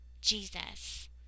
Jesus